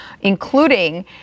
including